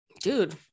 Dude